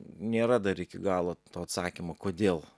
nėra dar iki galo to atsakymo kodėl